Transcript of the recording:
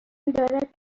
دارد